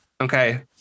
Okay